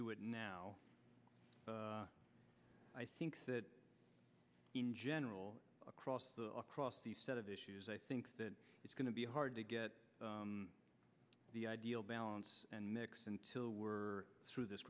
do it now i think that in general across the across the set of issues i think that it's going to be hard to get the ideal balance and mix until we're through this